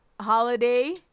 Holiday